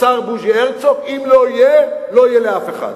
השר בוז'י הרצוג, אם לא יהיה, לא יהיה לאף אחד.